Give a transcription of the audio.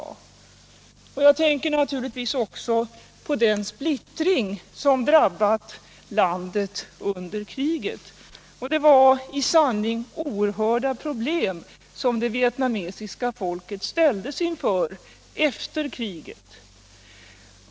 Jag tänker naturligtvis också på den splittring som drabbat landet under kriget. Det var i sanning oerhörda problem som det vietnamesiska folket ställdes inför efter kriget.